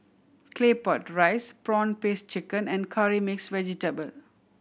Claypot Rice prawn paste chicken and Curry Mixed Vegetable